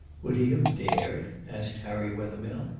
would he have dared? asked harry wethermill.